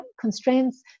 constraints